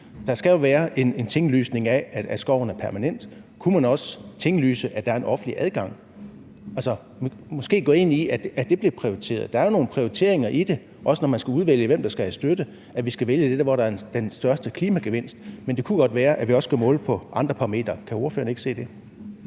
Der skal jo være en tinglysning af, at skoven er permanent. Kunne man også tinglyse det, så der er en offentlig adgang, altså, måske gøre sådan, at det blev prioriteret? Der er jo nogle prioriteringer i det, også når man skal udvælge, hvem der skal have støtte, i forhold til at vi skal vælge det, hvor man får den største klimagevinst. Men det kunne godt være, at vi også skulle måle på andre parametre. Kan ordføreren ikke se det?